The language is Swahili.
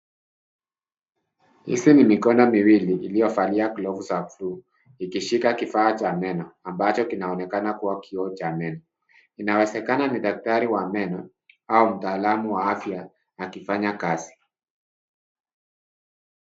Hizi ni mikono miwili iliyovalia glovu za bluu ikishika kifaa cha meno ambacho kinaonekana kuwa kioo cha meno. Inawezekana ni daktari wa meno au mtaalamu wa afya akifanya kazi.